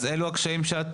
אלו הקשיים?